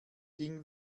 ding